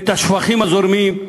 את השפכים הזורמים,